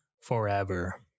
forever